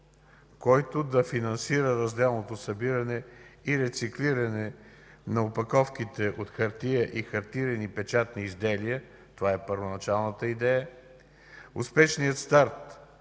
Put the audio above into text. който да финансира разделното събиране и рециклиране на опаковките от хартия и хартиени печатни изделия – това е първоначалната идея. Успешният старт